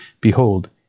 behold